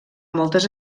moltes